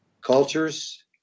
cultures